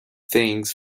things